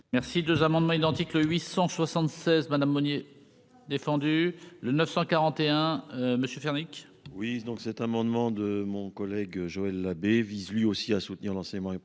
Merci, 2 amendements identiques : le 876 madame Meunier, défendu le 941 monsieur Nick. Oui, donc, cet amendement de mon collègue Joël Labbé vise lui aussi à soutenir l'enseignement